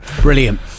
brilliant